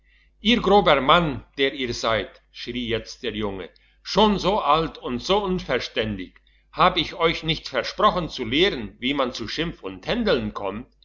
ihr grober mann der ihr seid schrie jetzt der junge schon so alt und noch so unverständig hab ich euch nicht versprochen zu lehren wie man zu schimpf und händeln kommt